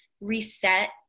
reset